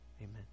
Amen